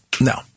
No